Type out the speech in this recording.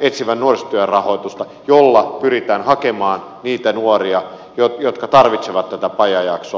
etsivän nuorisotyön rahoitusta jolla pyritään hakemaan niitä nuoria jotka tarvitsevat tätä pajajaksoa